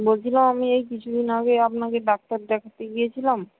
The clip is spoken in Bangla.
বলছিলাম আমি এই কিছু দিন আগে আপনাকে ডাক্তার দেখাতে গিয়েছিলাম